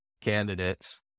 candidates